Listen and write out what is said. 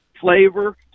flavor